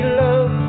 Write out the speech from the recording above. love